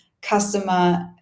customer